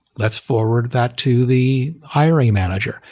let's forward that to the hiring manager.